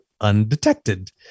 undetected